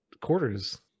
quarters